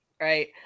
right